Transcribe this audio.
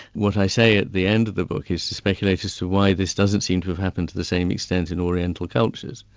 what i say at the end of the book is to speculate as to why this doesn't seem to have happened to the same extent in oriental cultures.